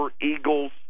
Eagles